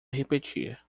repetir